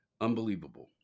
unbelievable